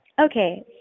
Okay